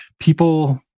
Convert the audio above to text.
people